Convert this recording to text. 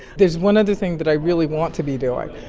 there's one other thing that i really want to be doing,